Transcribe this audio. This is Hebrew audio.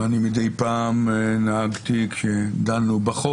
ואני מדי פעם נהגתי, כשדנו בחוק,